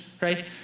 right